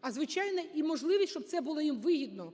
а, звичайно, і можливість, щоб це було їм вигідно